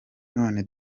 none